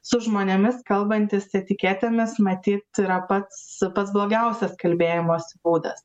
su žmonėmis kalbantis etiketėmis matyt yra pats pats blogiausias kalbėjimosi būdas